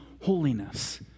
holiness